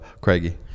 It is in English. Craigie